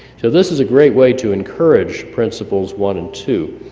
so this is a great way to encourage principles one and two.